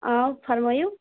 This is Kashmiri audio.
آ فرمٲیِو